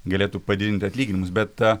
galėtų padidinti atlyginimus bet